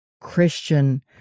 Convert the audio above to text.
Christian